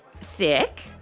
sick